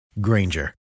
Granger